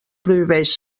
prohibeix